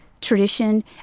tradition